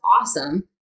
awesome